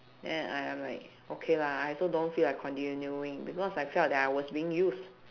then I I'm like okay lah I also don't feel like continuing because I felt that I was being used